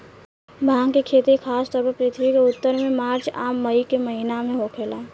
भांग के खेती खासतौर पर पृथ्वी के उत्तर में मार्च आ मई के महीना में होखेला